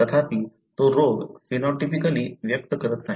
तथापि तो रोग फेनॉटिपिकली व्यक्त करत नाही